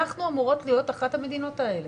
אנחנו אמורות להיות אחת המדינות האלה.